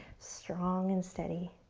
strong and steady.